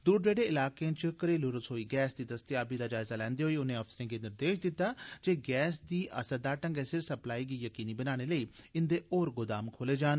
दूर दरेड़े इलाकें च घरेलू रसोई गैस दी दस्तयाबी दा जायजा लैंदे होई उनें अफसरें गी निर्देश दित्ता जे गैस दी असरदार ढंगै सिर सप्लाई गी यकीनी बनाने लेई इन्दे होर गोदाम खोले जान